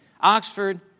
Oxford